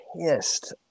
pissed